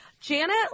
Janet